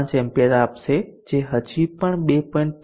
5A આપશે જે હજી પણ 2